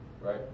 right